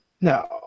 No